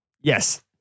yes